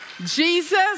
Jesus